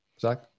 Zach